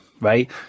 right